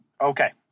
okay